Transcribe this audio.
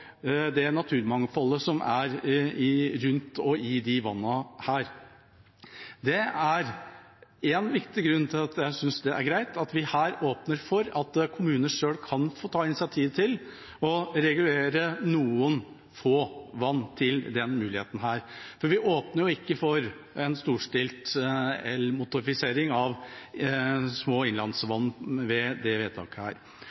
det naturmangfoldet som er rundt og i disse vannene. Det er én viktig grunn til at jeg synes det er greit at vi åpner for at kommunene selv kan ta initiativ til å regulere mulighetene i noen få vann, for vi åpner jo ikke for en storstilt elmotorisering av små